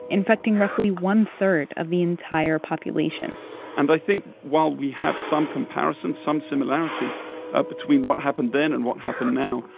infecting roughly one-third of the entire population and i think while we have some comparisons, some similarities ah between what happened then and what happened now,